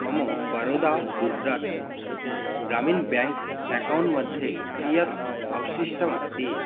मम Baroda Gujarat Gramin bank account मध्ये कियत् अवशिष्टमस्ति